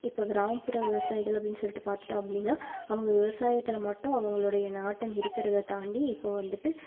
இப்போ கிராமப்புற விவசாயிகள் அப்படினு சொல்லிட்டு பார்த்துடோம் அப்படின்னா அவங்க விவசாயத்தில் மட்டும் அவங்களுடைய நாட்டம் இருக்கிறத தாண்டி இப்போது வந்துட்டு